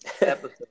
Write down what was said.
episode